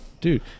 dude